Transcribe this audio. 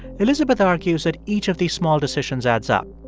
elizabeth argues that each of these small decisions adds up.